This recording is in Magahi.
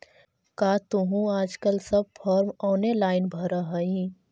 का तुहूँ आजकल सब फॉर्म ऑनेलाइन भरऽ हही?